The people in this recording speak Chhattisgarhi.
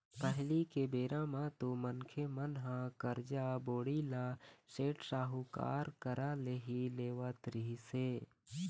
पहिली के बेरा म तो मनखे मन ह करजा, बोड़ी ल सेठ, साहूकार करा ले ही लेवत रिहिस हे